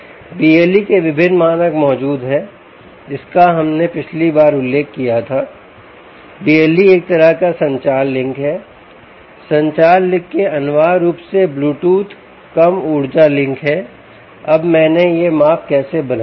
BLE के विभिन्न मानक मौजूद हैं जिनका हमने पिछली बार उल्लेख किया था BLE एक तरह का संचार लिंक है संचार लिंक अनिवार्य रूप से एक ब्लूटूथ कम ऊर्जा लिंक है अब मैंने यह माप कैसे बनाया